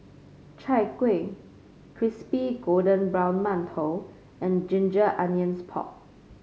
Chai Kueh Crispy Golden Brown Mantou and Ginger Onions Pork